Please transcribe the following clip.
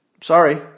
Sorry